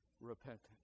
repentance